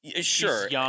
Sure